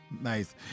Nice